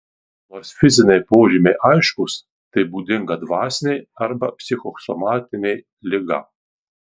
nors fiziniai požymiai aiškūs tai būdinga dvasinė arba psichosomatinė liga